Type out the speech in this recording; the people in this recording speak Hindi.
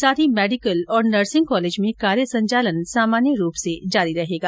साथ ही मेडिकल और नर्सिंग कॉलेज में कार्य संचालन सामान्य रूप से जारी रहेगा